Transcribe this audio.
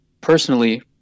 personally